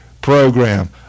program